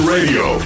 Radio